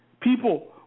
People